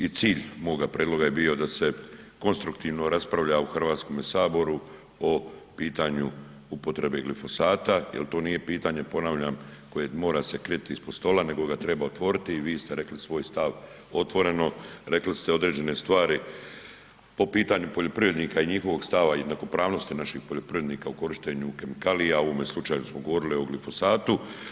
I cilj moga prijedloga je bio da se konstruktivno raspravlja u HS-u o pitanju upotrebe glifosata jer to nije pitanje, ponavljam koje mora se kretati ispod stola nego ga treba otvoriti i vi ste rekli svoj stav, otvoreno, rekli ste određene stvari po pitanju poljoprivrednika i njihovog stava i jednakopravnosti naših poljoprivrednika u korištenju kemikalija, u ovome slučaju smo govorili o glifosatu.